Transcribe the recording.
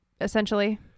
essentially